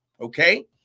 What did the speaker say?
Okay